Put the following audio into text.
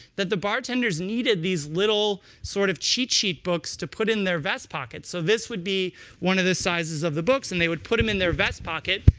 that the bartenders needed these little sort of cheat sheet books to put in their vest pocket. so this would be one of the sizes of the books, and they would put them in their vest pocket.